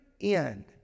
end